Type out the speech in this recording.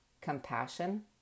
compassion